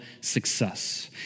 success